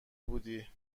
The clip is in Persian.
بودی